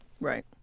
Right